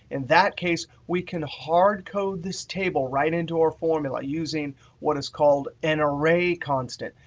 in that case, we can hard code this table right into our formula using what is called an array constant.